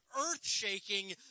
earth-shaking